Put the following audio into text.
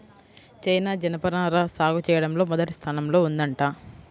China జనపనార సాగు చెయ్యడంలో మొదటి స్థానంలో ఉందంట